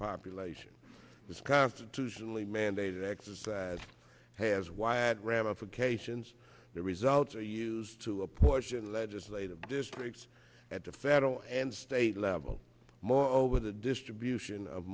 population was constitutionally mandated exercise has wide ramifications the results are used to apportion legislative districts at the federal and state level moreover the distribution of